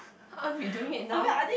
aren't we doing it now